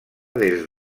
des